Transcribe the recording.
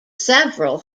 several